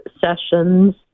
sessions